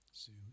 Zoom